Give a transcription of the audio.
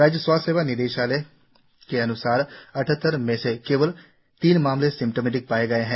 राज्य के स्वास्थ्य सेवा निदेशालय के अन्सार अड्डहत्तर में से केवल तीम मामले सिम्टोमेटिन पाए गए है